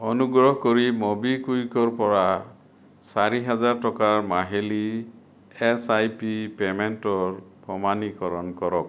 অনুগ্ৰহ কৰি ম'বিকুইকৰ পৰা চাৰি হাজাৰ টকাৰ মাহিলী এছ আই পি পে'মেণ্টৰ প্ৰমাণীকৰণ কৰক